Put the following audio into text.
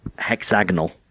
hexagonal